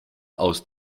aus